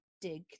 dig